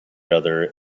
other